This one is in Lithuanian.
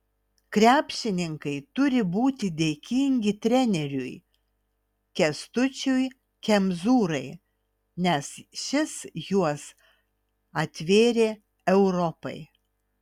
krepšininkai turi būti dėkingi treneriui kęstučiui kemzūrai nes šis juos atvėrė europai